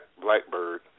Blackbird